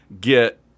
get